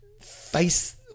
face